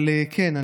אבל כן,